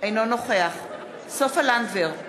אינו נוכח סופה לנדבר,